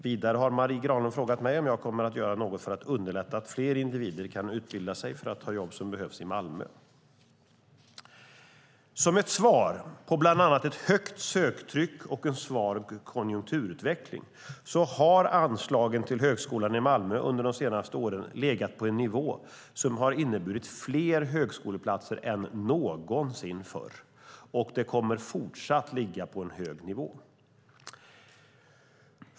Vidare har Marie Granlund frågat mig om jag kommer att göra något för att underlätta att fler individer kan utbilda sig för att ta jobb som behövs i Malmö. Som ett svar på bland annat ett högt söktryck och en svag konjunkturutveckling har anslagen till högskolan i Malmö under de senaste åren legat på en nivå som har inneburit fler högskoleplatser än någonsin förr, och de kommer även i fortsättningen att ligga på en hög nivå.